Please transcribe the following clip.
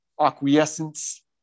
acquiescence